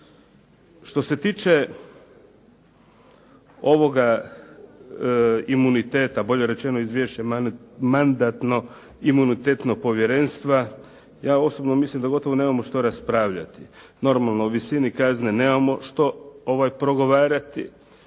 Što se tiče ovoga imuniteta, bolje rečeno izvješća Mandatno-imunitetnog povjerenstva ja osobno mislim da gotovo nemamo što raspravljati. Normalno o visini kazne nemamo što progovarati,